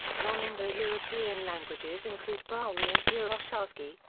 non-indo-european languages include brahui and burushaski,